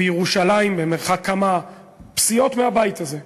בירושלים, במרחק כמה פסיעות מהבית הזה,